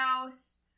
house